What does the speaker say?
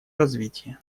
развитие